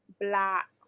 black